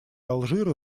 алжира